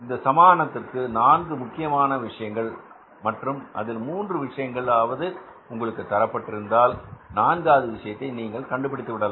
இந்த சமானத்திற்கு நான்கு முக்கியமான விஷயங்கள் மற்றும் அதில் 3 விஷயங்கள் ஆவது உங்களுக்கு தரப்பட்டிருந்தால் நான்காவது விஷயத்தை நீங்கள் கண்டுபிடித்துவிடலாம்